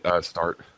start